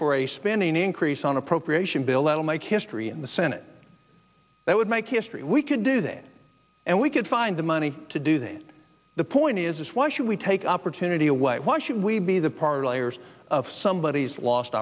for a spending increase on appropriation bill that'll make history in the senate that would make history we could do that and we could find the money to do that the point is why should we take opportunity away why should we be the parlay years of somebodies lost